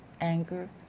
anger